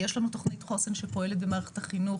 יש לנו תוכנית חוסן שפועלת במערכת החינוך,